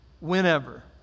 whenever